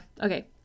Okay